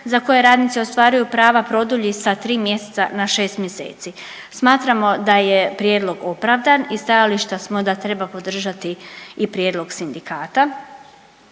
za koje radnici ostvaruju prava produlji sa 3 mjeseca na 6 mjeseci. Smatramo da je prijedlog opravdan i stajališta smo da treba podržati i prijedlog sindikata